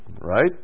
right